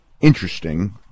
interesting